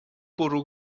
bwrw